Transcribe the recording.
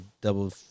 double